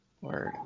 Word